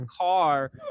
car